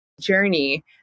journey